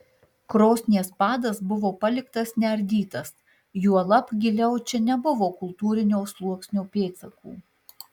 krosnies padas buvo paliktas neardytas juolab giliau čia nebuvo kultūrinio sluoksnio pėdsakų